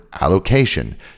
allocation